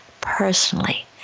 personally